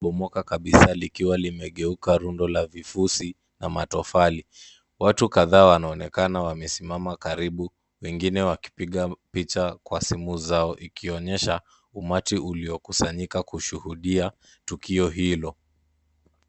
Bomoka kabisa likiwa limegeuka rundo la vifusi, na matofali. Watu kadhaa wanaonekana wamesimama karibu, wengine wakipiga picha kwa simu zao ikionyesha umati uliokusanyika kushuhudia tukio hilo.